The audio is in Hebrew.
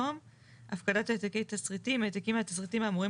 המקווקווים בקווים אלכסוניים דקים בצבע שחור,